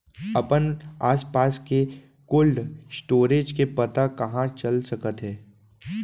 अपन आसपास के कोल्ड स्टोरेज के पता कहाँ चल सकत हे?